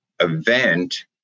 event